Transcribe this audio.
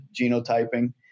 genotyping